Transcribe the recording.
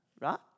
Right